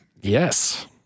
Yes